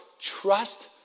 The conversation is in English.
trust